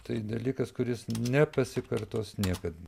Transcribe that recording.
tai dalykas kuris nepasikartos niekad